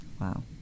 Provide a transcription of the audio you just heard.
Wow